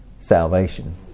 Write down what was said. salvation